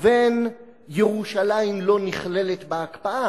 ובין ירושלים לא נכללת בהקפאה?